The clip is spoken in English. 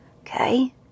Okay